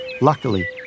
Luckily